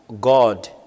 God